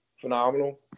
phenomenal